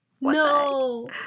no